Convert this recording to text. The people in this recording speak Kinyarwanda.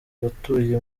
batuye